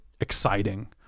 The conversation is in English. exciting